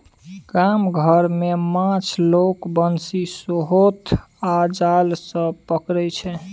गाम घर मे माछ लोक बंशी, सोहथ आ जाल सँ पकरै छै